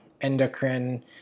endocrine